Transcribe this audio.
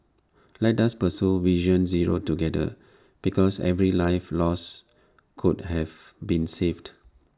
let us pursue vision zero together because every life lost could have been saved